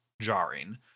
jarring